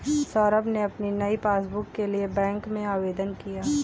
सौरभ ने अपनी नई पासबुक के लिए बैंक में आवेदन किया